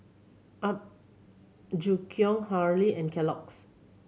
Apgujeong Hurley and Kellogg's